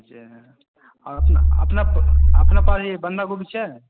जे आओर अपना अपना अपना पास ई बन्धागोभी छै